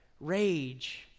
rage